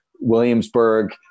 williamsburg